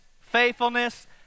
faithfulness